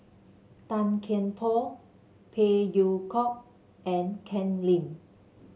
Tan Kian Por Phey Yew Kok and Ken Lim